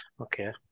Okay